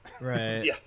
Right